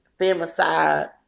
femicide